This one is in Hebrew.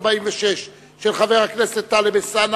באב התשס"ט (5 באוגוסט 2009):